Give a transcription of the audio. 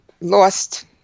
lost